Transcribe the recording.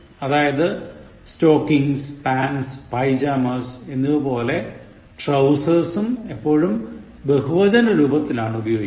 അതായത് stockings pants pyjamas എന്നിവ പോലെ trousersഉം എപ്പോഴും ബഹുവചന രൂപത്തിലാണ് ഉപയോഗിക്കുന്നത്